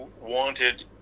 wanted